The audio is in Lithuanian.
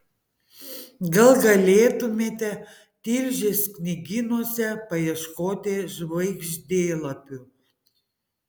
gal galėtumėte tilžės knygynuose paieškoti žvaigždėlapių